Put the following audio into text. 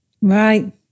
Right